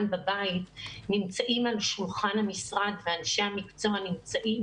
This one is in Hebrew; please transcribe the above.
בבית נמצאת על שולחן המשרד ואנשי המקצוע נמצאים.